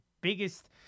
biggest